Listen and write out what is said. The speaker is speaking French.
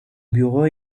bureau